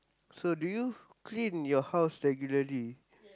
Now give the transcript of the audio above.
so do you clean your house regularly